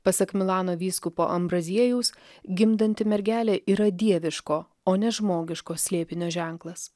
pasak milano vyskupo ambraziejaus gimdanti mergelė yra dieviško o ne žmogiško slėpinio ženklas